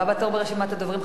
הבא בתור ברשימת הדוברים,